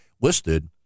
listed